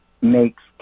makes